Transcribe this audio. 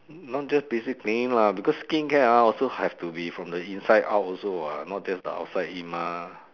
not just basic cleaning lah because skincare ah also have to be from the inside out also [what] not just the outside in mah